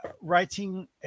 writing